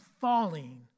falling